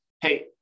hey